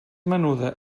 menuda